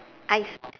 I s~